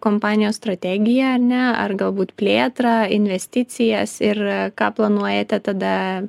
kompanijos strategiją ar ne ar galbūt plėtrą investicijas ir ką planuojate tada